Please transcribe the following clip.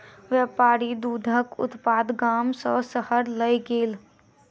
व्यापारी दूधक उत्पाद गाम सॅ शहर लय गेल